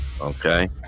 okay